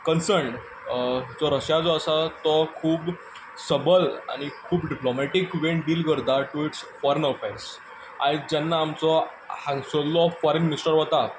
concerned जो Russia जो आसा तो खूब सबल आनी खूब डिप्लोमॅटीक बीन डील करता टू इट्स फोरन अफेर्स आयज जेन्ना आमचो हांगसल्लो फोरन मिनीस्टर वता